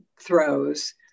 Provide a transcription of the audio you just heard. throws